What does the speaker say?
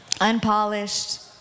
Unpolished